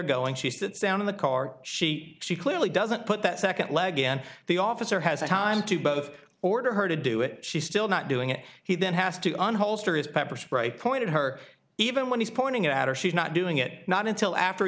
going she sits down in the car she she clearly doesn't put that second leg again the officer has time to both order her to do it she's still not doing it he then has to on holster his pepper spray pointed her even when he's pointing it out or she's not doing it not until after he